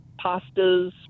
pastas